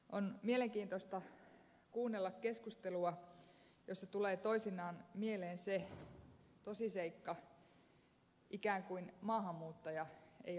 on mielenkiintoista kuunnella keskustelua josta tulee toisinaan mieleen se tosiseikka ikään kuin maahanmuuttaja ei olisi ihminen